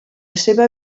seva